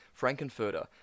Frankenfurter